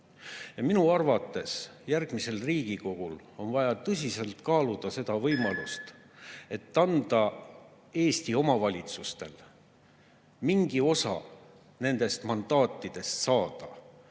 Minu arvates järgmisel Riigikogul on vaja tõsiselt kaaluda seda võimalust, et anda Eesti omavalitsustele mingi osa nendest mandaatidest